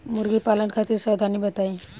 मुर्गी पालन खातिर सावधानी बताई?